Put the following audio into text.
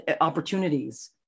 opportunities